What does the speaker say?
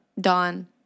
Dawn